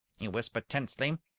he whispered tensely.